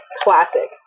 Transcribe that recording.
classic